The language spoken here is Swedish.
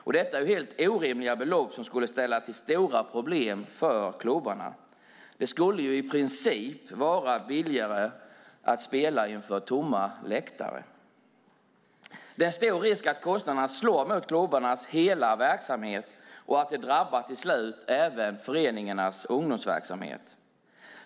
Detta är helt orimliga belopp som skulle ställa till stora problem för klubbarna. Det skulle i princip vara billigare att spela inför tomma läktare. Det är en stor risk att kostnaderna slår mot klubbarnas hela verksamhet och att det till slut drabbar även föreningarnas ungdomsverksamhet.